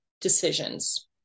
decisions